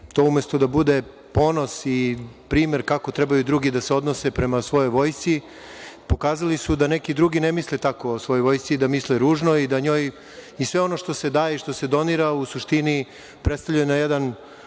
to umesto da bude ponos i primer kako treba drugi da se odnose prema svojoj vojsci pokazali su da neki drugi ne misle tako o svojoj vojsci, da misle ružno i da njoj i sve ono što se daje i što se donira u suštini predstavlja na jedan